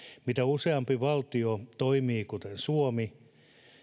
mitä useampi valtio toimii kuten suomi